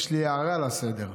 יש לי הערה לסדר,